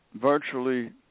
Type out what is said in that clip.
virtually